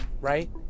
right